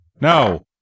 No